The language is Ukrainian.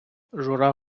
жура